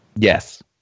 Yes